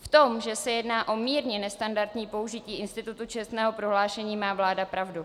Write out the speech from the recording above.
V tom, že se jedná o mírně nestandardní použití institutu čestného prohlášení, má vláda pravdu.